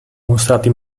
mostrati